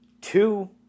Two